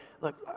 look